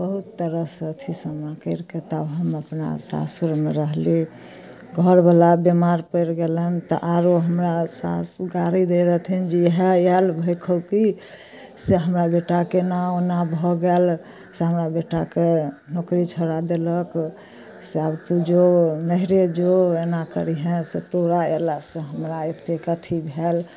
बहुत तरहसँ अथी सामना करिकए तब हम अपना सासुरमे रहली घरवला बीमार पड़ि गेलनि तऽ आरो हमरा सासु गारि दै रहथिन जे इएह आयल भैखौकी से हमरा बेटाके एना ओना भऽ गेल से हमरा बेटाके नौकरी छोड़ा देलक से आब तू जो नहिरे जो एना करहिए से तो तोरा अयलासँ हमरा एतेक अथी भेल